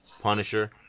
punisher